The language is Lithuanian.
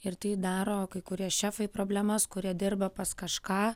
ir tai daro kai kurie šefai problemas kurie dirba pas kažką